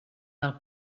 del